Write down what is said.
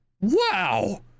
Wow